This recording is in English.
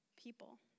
people